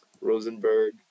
Rosenberg